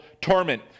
torment